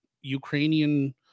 Ukrainian